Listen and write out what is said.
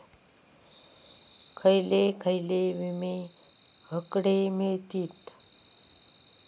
खयले खयले विमे हकडे मिळतीत?